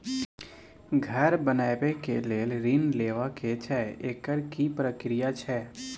घर बनबै के लेल ऋण लेबा के छै एकर की प्रक्रिया छै?